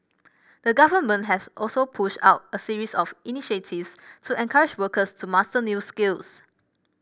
the Government has also pushed out a series of initiatives to encourage workers to master new skills